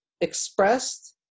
expressed